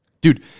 Dude